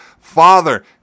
Father